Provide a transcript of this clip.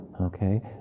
Okay